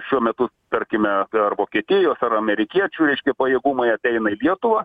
šiuo metu tarkime ar vokietijos ar amerikiečių reiškia pajėgumai ateina į lietuvą